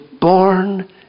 born